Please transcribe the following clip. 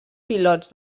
pilots